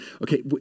okay